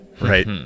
Right